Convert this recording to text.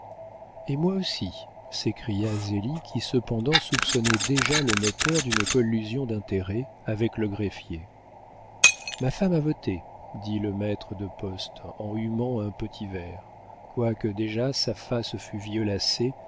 et moi aussi s'écria zélie qui cependant soupçonnait déjà le notaire d'une collusion d'intérêts avec le greffier ma femme a voté dit le maître de poste en humant un petit verre quoique déjà sa face fût violacée